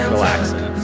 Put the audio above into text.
Relaxing